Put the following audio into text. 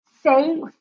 say